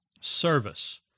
service